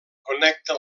connecta